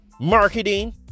marketing